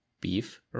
Beef